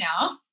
now